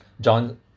John